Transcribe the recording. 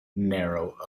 narrow